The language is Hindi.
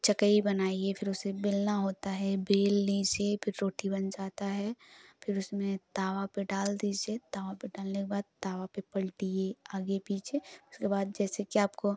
चकई बनाइए फिर उसे बेलना होता है बेल लीज़िए फिर रोटी बन जाता है फिर उसमें तवा पर डाल दीजिए तवा पर डालने के बाद तवा पर पलटिए आगे पीछे उसके बाद जैसे कि आपको